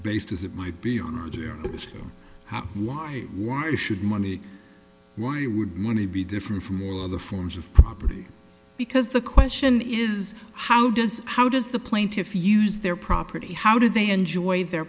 based as it might be on here is how why why should money why you would money be different from all other forms of property because the question is how does how does the plaintiffs use their property how do they enjoy their